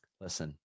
listen